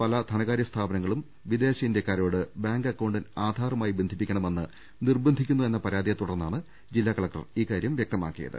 പല ധനകാര്യ സ്ഥാപന ങ്ങളും വിദേശ ഇന്തൃക്കാരോട് ബാങ്ക് അക്കൌണ്ട് ആധാറുമായി ബന്ധ പ്പിക്കണ മെന്ന് നിർബന്ധിക്കുന്നു എന്ന പരാതിയെ തുടർന്നാണ് ജില്ലാ കലക്ടർ ഇക്കാര്യം അറിയിച്ചത്